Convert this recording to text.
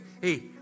Hey